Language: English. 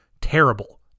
terrible